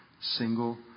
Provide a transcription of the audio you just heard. Single